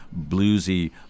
bluesy